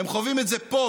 הם חווים את זה פה,